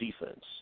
defense